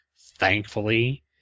thankfully